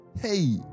Hey